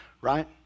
right